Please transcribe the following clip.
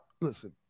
Listen